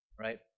Right